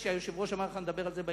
והיושב-ראש אמר לך שנדבר עליהן בהמשך,